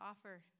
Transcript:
offer